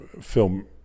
film